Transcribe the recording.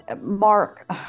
Mark